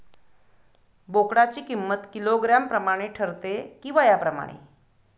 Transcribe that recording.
बोकडाची किंमत किलोग्रॅम प्रमाणे ठरते कि वयाप्रमाणे?